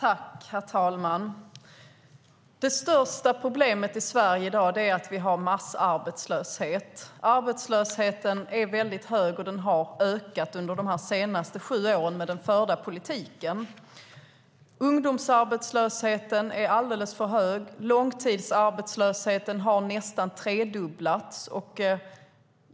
Herr talman! Det största problemet i Sverige i dag är att vi har massarbetslöshet. Arbetslösheten är väldigt hög, och den har ökat under de senaste sju åren med den förda politiken. Ungdomsarbetslösheten är alldeles för hög. Långtidsarbetslösheten har nästan tredubblats.